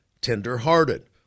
tender-hearted